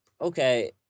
Okay